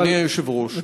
אדוני היושב-ראש,